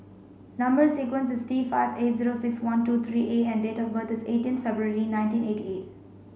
number sequence is T five eight zero six one two three A and date of birth is eighteen February nineteen eighty eight